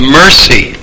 mercy